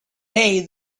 day